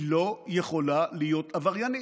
היא לא יכולה להיות עבריינית.